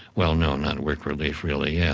well no, not work relief really, yeah